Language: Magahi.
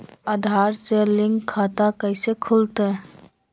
आधार से लिंक खाता कैसे खुलते?